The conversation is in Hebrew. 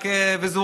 פינדרוס,